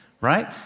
right